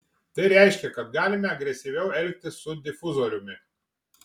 tai reiškia kad galime agresyviau elgtis su difuzoriumi